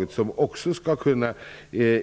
Detta skall också kunna